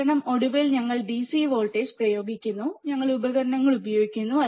കാരണം ഒടുവിൽ ഞങ്ങൾ DC വോൾട്ടേജ് പ്രയോഗിക്കുന്നു ഞങ്ങൾ ഉപകരണങ്ങൾ ഉപയോഗിക്കുന്നു